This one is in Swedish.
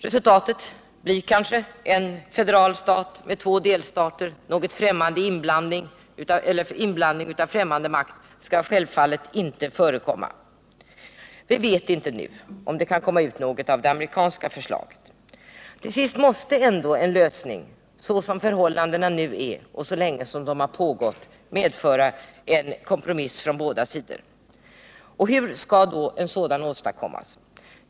Resultatet blir antagligen en federal stat med två delstater. Någon inblandning av främmande makt skall självfallet inte förekomma. Vi vet inte nu om det kan komma ut något av det amerikanska förslaget. Till sist måste ändå en lösning bygga på kompromisser från båda sidor — såsom förhållandena nu är och med tanke på att de har rått så länge. Hur skall då en sådan åstadkommas?